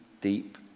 deep